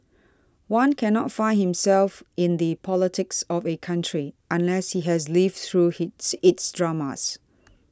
one cannot find himself in the politics of a country unless he has lived through he's its dramas